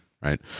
Right